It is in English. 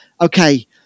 Okay